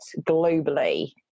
globally